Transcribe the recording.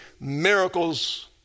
miracles